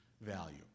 value